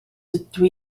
dydw